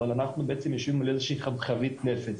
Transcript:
אבל אנחנו בעצם יושבים על איזושהי חבית נפץ.